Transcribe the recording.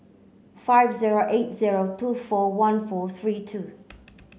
five zero eight zero two four one four three two